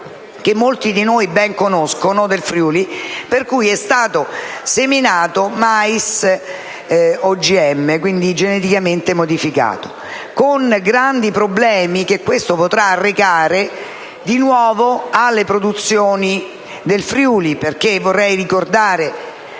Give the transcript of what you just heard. che molti di noi ben conoscono. È stato seminato mais OGM, quindi geneticamente modificato, con i grandi problemi che ciò potrà arrecare di nuovo alle produzioni nel Friuli. Vorrei infatti ricordare